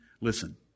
Listen